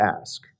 ask